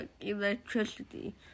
electricity